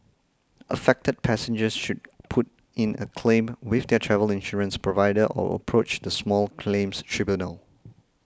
affected passengers should put in a claim with their travel insurance provider or approach the small claims tribunal